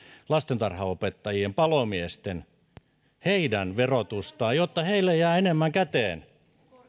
lastentarhanopettajien palomiesten verotusta jotta heille jää enemmän käteen